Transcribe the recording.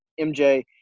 MJ